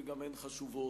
וגם הן חשובות,